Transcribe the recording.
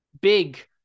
big